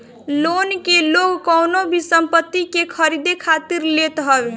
loan के लोग कवनो भी संपत्ति के खरीदे खातिर लेत हवे